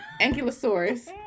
Ankylosaurus